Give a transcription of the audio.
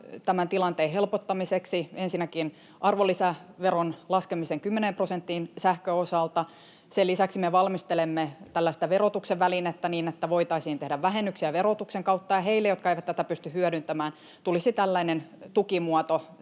tämän tilanteen helpottamiseksi, ensinnäkin arvonlisäveron laskemisen kymmeneen prosenttiin sähkön osalta. Sen lisäksi me valmistelemme verotuksen välinettä niin, että voitaisiin tehdä vähennyksiä verotuksen kautta, ja heille, jotka eivät tätä pysty hyödyntämään, tulisi tällainen tukimuoto